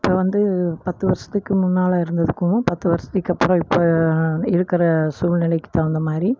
இப்போ வந்து பத்து வருஷத்துக்கு முன்னால் இருந்ததுக்கும் பத்து வருஷத்துக்கு அப்புறம் இப்போ இருக்கிற சூழ்நிலைக்கு தகுந்த மாதிரி